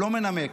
לא מנמק.